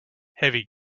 heavy